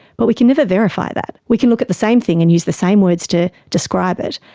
but we can never verify that. we can look at the same thing and use the same words to describe it,